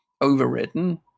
overridden